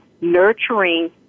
nurturing